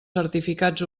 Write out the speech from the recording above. certificats